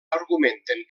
argumenten